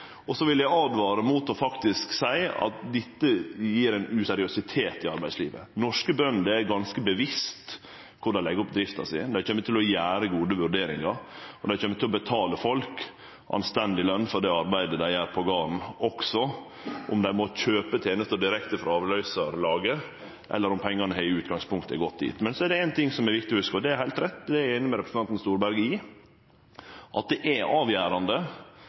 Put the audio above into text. Og så vil eg åtvare mot å seie at dette gjev ein useriøsitet i arbeidslivet. Norske bønder er ganske bevisste på korleis dei legg opp drifta si. Dei kjem til å gjere gode vurderingar, og dei kjem til å betale folk anstendig løn for det arbeidet dei gjer på garden, også om dei må kjøpe tenester direkte frå avløysarlaget, eller om pengane i utgangspunktet har gått dit. Så er det ein ting som er viktig å hugse. Det er heilt rett – det er eg einig med representanten Storberget i – at det er avgjerande